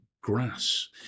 grass